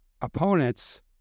opponents